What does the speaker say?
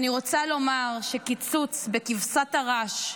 אני רוצה לומר שקיצוץ בכבשת הרש,